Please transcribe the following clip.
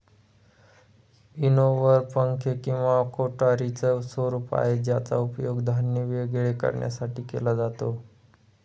winnower पंखे किंवा कटोरीच स्वरूप आहे ज्याचा उपयोग धान्य वेगळे करण्यासाठी केला जातो